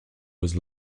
was